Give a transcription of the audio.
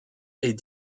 est